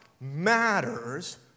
matters